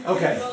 Okay